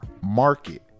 market